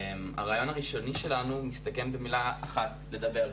הרעיון הראשוני שלננו מסתכם במילה אחת לדבר.